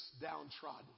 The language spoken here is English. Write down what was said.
downtrodden